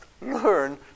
learn